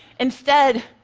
instead,